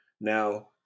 Now